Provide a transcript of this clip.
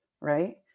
right